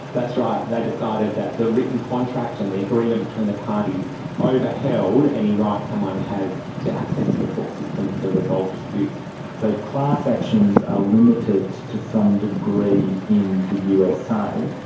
that's right, they decided that the written contract and the agreement between the parties over-held any rights that one has to access to the court system to resolve disputes. so class actions are limited to some degree in the usa.